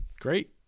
Great